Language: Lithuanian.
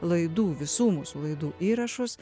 laidų visų mūsų laidų įrašus